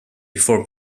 before